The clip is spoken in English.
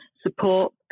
support